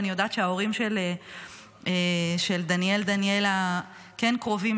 אני יודעת שההורים של דניאל דניאלה כן קרובים